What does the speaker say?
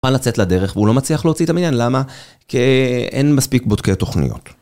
הוא מוכן לצאת לדרך והוא לא מצליח להוציא את העניין, למה? כי אין מספיק בודקי תוכניות.